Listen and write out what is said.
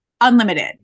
Unlimited